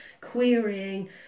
querying